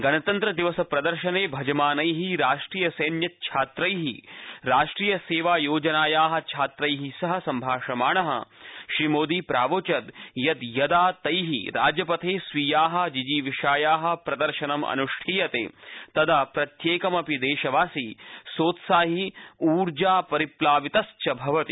गणतन्त्र दिवस प्रदर्शने भाजमानै राष्ट्रियसैन्य छात्रै राष्ट्रियसेवायोनाया छात्रै सह सम्भाषमाण श्रीमोदी प्रावोचत् यत् यदा तै राजपथे स्वीया जिजीविषाया प्रदर्शनं अन्ष्ठीयते तदा प्रत्येकमपि देशवासी सोत्साही ऊर्जापरिप्लावितश्च भवति